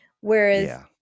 Whereas